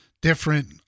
different